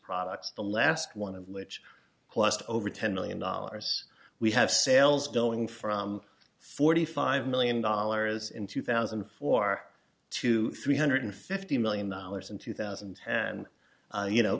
products the last one of which cost over ten million dollars we have sales going from forty five million dollars in two thousand and four to three hundred fifty million dollars in two thousand and you know